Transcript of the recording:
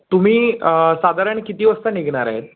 तुम्ही साधारण किती वाजता निघणार आहे